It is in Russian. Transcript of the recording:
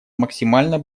максимально